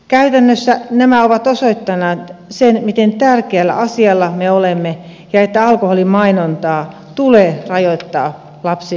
käytännössä nämä ovat osoittaneet sen miten tärkeällä asialla me olemme ja että alkoholin mainontaa tulee rajoittaa lasten ja nuorten osalta